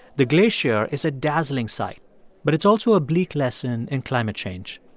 the glacier is a dazzling sight but it's also a bleak lesson in climate change.